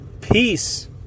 Peace